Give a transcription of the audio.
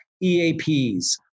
EAPs